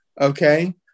Okay